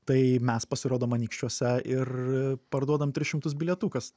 tai mes pasirodom anykščiuose ir parduodam tris šimtus bilietų kas